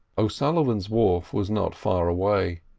o'sullivan's wharf was not far away.